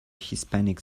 hispanic